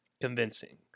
convincing